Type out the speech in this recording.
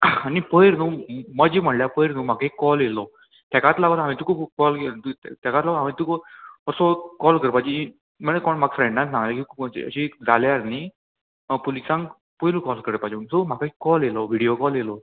आनी पयर न्हू मजा म्हणल्यार पयर न्हू म्हाका एक कॉल येयलो तेकात लागोन हांवें तुका कॉल केल तेकात लागो हांवें तुका असो कॉल करपाची म्हळ्यार की कोण म्हाका फ्रेंडान सांगले की अशी जाल्यार न्ही पुलिसांक पयलू कॉल करपाच्यो सो म्हाका एक कॉल येयलो विडियो कॉल येयलो